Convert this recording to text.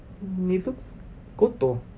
hmm it looks kotor